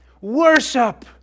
Worship